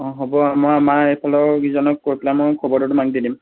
অঁ হ'ব মই আমাৰ এইফালৰ কেইজনক কৈ পেলাই মই খবৰটো তোমাক দি দিম